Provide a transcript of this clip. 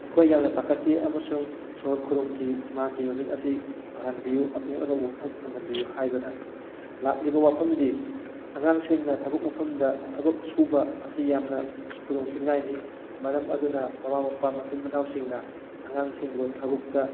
ꯑꯩꯈꯣꯏ ꯌꯥꯝꯅ ꯄꯥꯈꯠꯈꯤ ꯑꯃꯁꯨꯡ ꯏꯁꯣꯔ ꯈꯨꯔꯨꯝꯈꯤ ꯃꯍꯥꯛꯀꯤ ꯃꯃꯤꯠ ꯑꯁꯤ ꯐꯍꯟꯕꯤꯌꯨ ꯑꯃꯨꯛ ꯍꯟꯅ ꯎꯕ ꯉꯝꯍꯟꯕꯤꯌꯨ ꯍꯥꯏꯗꯨꯅ ꯂꯥꯛꯂꯤꯕ ꯋꯥꯐꯝꯗꯤ ꯑꯉꯥꯡꯁꯤꯡꯅ ꯊꯕꯛ ꯃꯐꯝꯗ ꯊꯕꯛ ꯁꯨꯕ ꯑꯁꯤ ꯌꯥꯝꯅ ꯈꯨꯗꯣꯡ ꯊꯤꯅꯤꯡꯉꯥꯏꯅꯤ ꯃꯔꯝ ꯑꯗꯨꯅ ꯃꯃꯥ ꯃꯄꯥ ꯃꯆꯤꯟ ꯃꯅꯥꯎꯁꯤꯡꯅ ꯑꯉꯥꯡꯁꯤꯡꯕꯨ ꯊꯕꯛꯇ